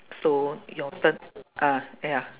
so your turn ah ya